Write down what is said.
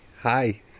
hi